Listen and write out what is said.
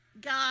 God